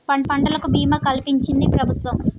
పంటలకు భీమా కలిపించించి ప్రభుత్వం